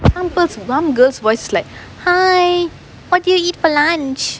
some girl's voice like hi what did you eat for lunch